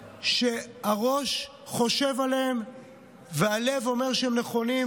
שהראש חושב עליהם והלב ואומר שהם נכונים,